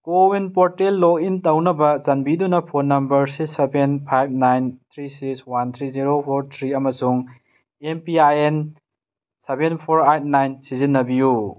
CoWIN portal login ꯇꯧꯅꯕ ꯆꯥꯟꯕꯤꯗꯨꯅ phone number six seven five nine three six one three zero four three ꯑꯃꯁꯨꯡ M P I N seven four eight nine ꯁꯤꯖꯤꯟꯅꯕꯤꯌꯨ